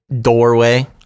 doorway